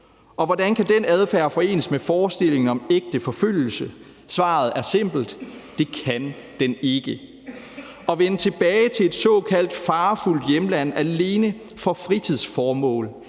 Hvordan kan den adfærd forenes med forestillingen om ægte forfølgelse? Svaret er simpelt. Det kan den ikke. At vende tilbage til et såkaldt farefuldt hjemland alene med et fritidsformål